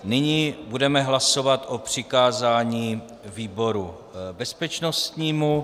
Nyní budeme hlasovat o přikázání výboru bezpečnostnímu.